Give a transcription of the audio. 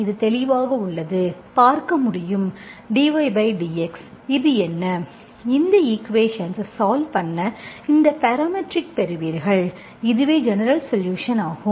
இது தெளிவாக உள்ளது பார்க்க முடியும் dydx இது என்ன இந்த ஈக்குவேஷன்ஸ் சால்வ் பண்ண இந்த பேராமெட்ரிக் பெறுவீர்கள் இதுவே ஜெனரல் சொலுஷன் ஆகும்